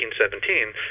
1817